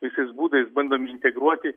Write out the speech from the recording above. visais būdais bandomi integruoti